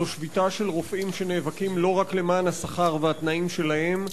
זו שביתה של רופאים שנאבקים לא רק למען השכר והתנאים שלהם,